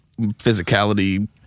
physicality